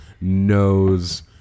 knows